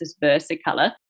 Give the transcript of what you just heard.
versicolor